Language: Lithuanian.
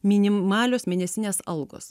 minimalios mėnesinės algos